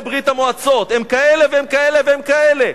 ברית-המועצות: הם כאלה והם כאלה והם כאלה,